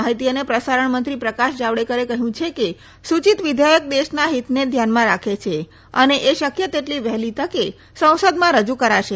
માહિતી અને પ્રસારણ મંત્રી પ્રકાશ જાવડેકરે કહ્યું છે કે સુચિત વિધેયક દેશના હિતને ધ્યાનમાં રાખે છે અને એ શકય એટલી વહેલી તકે સંસદમાં રજુ કરાશે